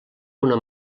una